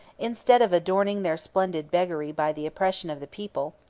instead of adorning their splendid beggary by the oppression of the people,